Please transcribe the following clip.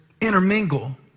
intermingle